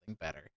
better